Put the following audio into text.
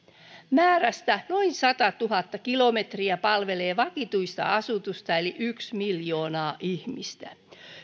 määrästä noin satatuhatta kilometriä palvelee vakituista asutusta noin miljoonaa ihmistä